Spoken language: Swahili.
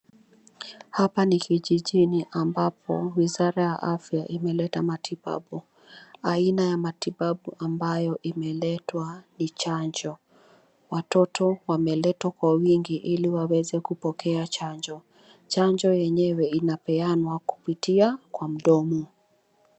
Hapa ni kijijini ambapo wizara ya afya imeleta matibabu, aina ya matibabu ambayo imeletwa ni chanjo, watoto wameletwa kwa wingi ili waweze kupokea chanjo, chanjo yenye we inapeanwa kupitia kwa mdomo.